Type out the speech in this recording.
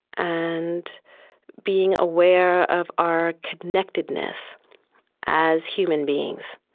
and being aware of our connectedness as human beings,